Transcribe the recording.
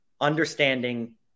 understanding